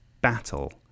battle